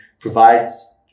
provides